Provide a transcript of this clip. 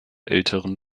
älteren